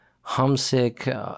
homesick